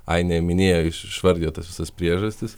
ainė minėjo išvardijo tas visas priežastis